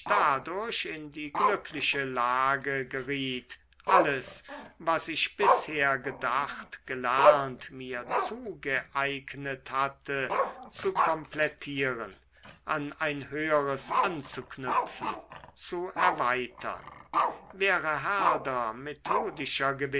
dadurch in die glückliche lage geriet alles was ich bisher gedacht gelernt mir zugeeignet hatte zu komplettieren an ein höheres anzuknüpfen zu erweitern wäre herder methodischer